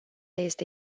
este